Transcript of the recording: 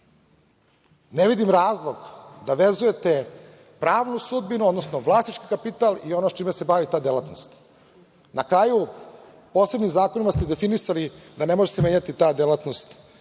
Ne vidim razlog da vezujete pravnu sudbinu, odnosno vlasnički kapital i ono s čime se bavi ta delatnost. Na kraju, posebnim zakonima ste definisali da se ne može menjati ta delatnost